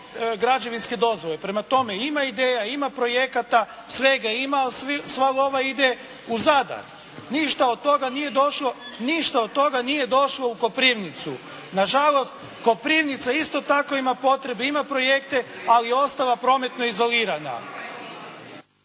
građevinske dozvole. Prema tome ima ideja, ima projekata, svega ima, ali sva lova ide u Zadar. Ništa od toga nije došlo u Koprivnicu. Na žalost Koprivnica isto tako ima potrebe, ima projekte, ali je ostala prometno izolirana.